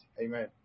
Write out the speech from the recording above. Amen